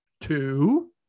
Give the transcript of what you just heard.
two